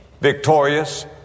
victorious